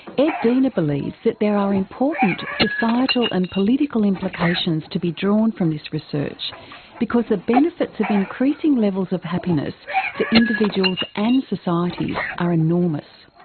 ed diener believes that there are important societal and political implications to be drawn from this research because the benefits of increasing levels of happiness for individuals and societies are enormous.